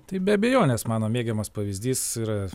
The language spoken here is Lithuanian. tai be abejonės mano mėgiamas pavyzdys yra